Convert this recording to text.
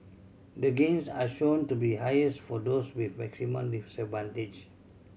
the gains are shown to be highest for those with maximum disadvantage